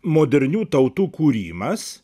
modernių tautų kūrimas